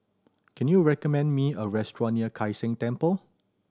can you recommend me a restaurant near Kai San Temple